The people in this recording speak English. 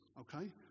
Okay